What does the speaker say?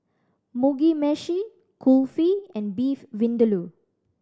Mugi Meshi Kulfi and Beef Vindaloo